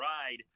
ride